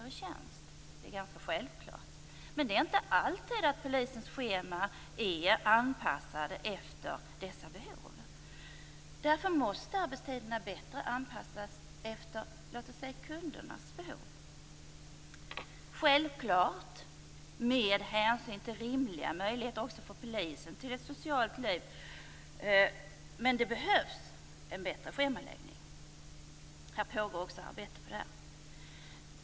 Det är ganska självklart. Men det är inte alltid som polisens tjänstgöringsschema är anpassat efter dessa behov. Därför måste arbetstiderna bättre anpassas efter kundernas behov - självfallet med rimliga möjligheter för polisen till ett socialt liv. Det behövs alltså en bättre schemaläggning. Här pågår också ett arbete.